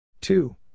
Two